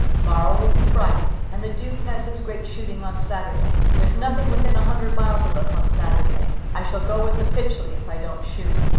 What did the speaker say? to-morrow will be friday and the duke has his great shooting on saturday. there's nothing within a hundred miles of us on saturday. i shall go with the pytchley if i don't shoot,